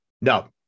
no